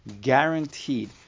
Guaranteed